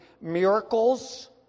miracles